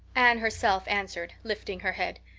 anne herself answered, lifting her head.